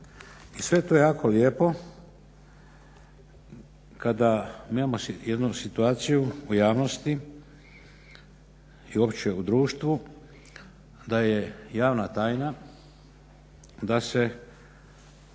I sve je to jako lijepo kada nemaš jednu situaciju u javnosti i uopće u društvu, da je javna tajna da se